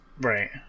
Right